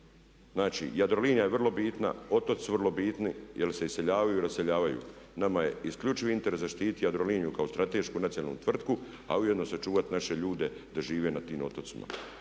znači Jadrolinija je vrlo bitna, otoci su vrlo bitni jer se iseljavaju i raseljavaju. Nama je isključivo u interesu zaštiti Jadroliniju kao stratešku nacionalnu tvrtku a ujedno sačuvati naše ljude da žive na tim otocima.